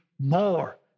more